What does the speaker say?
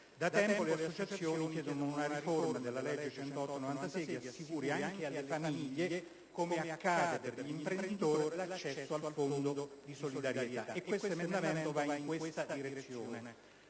Da tempo le associazioni chiedono una riforma della legge n. 108 del 1996 che assicuri anche alle famiglie, come accade per gli imprenditori, l'accesso al Fondo di solidarietà. Questo emendamento va proprio in tale direzione.